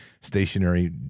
stationary